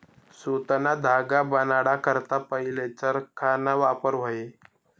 सुतना धागा बनाडा करता पहिले चरखाना वापर व्हये